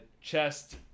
chest